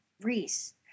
Reese